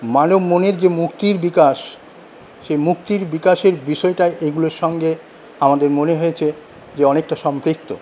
মানব মনের যে মুক্তির বিকাশ সে মুক্তির বিকাশের বিষয়টা এগুলোর সঙ্গে আমাদের মনে হয়েছে যে অনেকটা সম্পৃক্ত